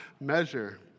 measure